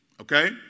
okay